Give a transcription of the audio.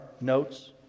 notes